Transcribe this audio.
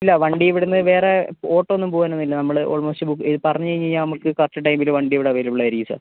ഇല്ല വണ്ടി ഇവിടുന്ന് വേറെ ഓട്ടമൊന്നും പോവാനൊന്നുമില്ല നമ്മൾ ഓൾമോസ്റ്റ് ബുക്ക് പറഞ്ഞുകഴിഞ്ഞു കഴിഞ്ഞാൽ കറക്റ്റ് ടൈമില് വണ്ടി ഇവിടെ അവൈലബിളായിരിക്കും സർ